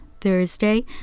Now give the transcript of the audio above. Thursday